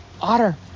Otter